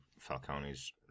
Falcone's